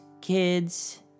Kids